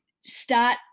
start